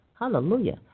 Hallelujah